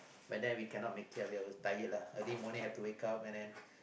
but then we cannot make it uh we are were tired lah every morning have to wake up and then